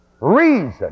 reason